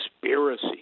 conspiracy